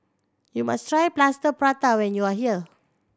you must try Plaster Prata when you are here